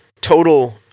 total